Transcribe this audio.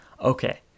Okay